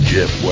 Jeff